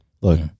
look